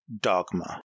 dogma